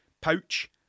Pouch